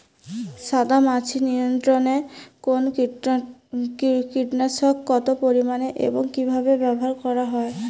সাদামাছি নিয়ন্ত্রণে কোন কীটনাশক কত পরিমাণে এবং কীভাবে ব্যবহার করা হয়?